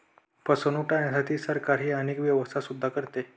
फसवणूक टाळण्यासाठी सरकारही अनेक व्यवस्था सुद्धा करते